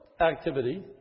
activity